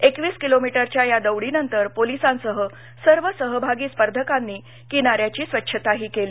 क्रिवीस किलोमीटरच्या या दौडीनंतर पोलिसांसह सर्व सहभागी स्पर्धकांनी किनाऱ्याची स्वच्छताही केली